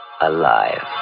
Alive